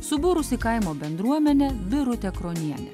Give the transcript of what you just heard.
subūrusi kaimo bendruomenę birutė kronienė